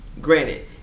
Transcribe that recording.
Granted